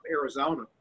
Arizona